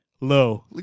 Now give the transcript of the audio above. Low